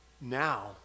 Now